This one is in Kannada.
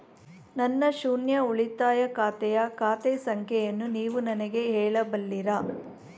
ನನ್ನ ಶೂನ್ಯ ಉಳಿತಾಯ ಖಾತೆಯ ಖಾತೆ ಸಂಖ್ಯೆಯನ್ನು ನೀವು ನನಗೆ ಹೇಳಬಲ್ಲಿರಾ?